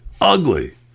ugly